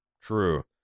True